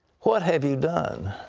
what have you done?